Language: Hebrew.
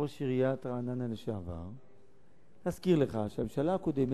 ראש עיריית רעננה לשעבר, אזכיר לך שבממשלה הקודמת,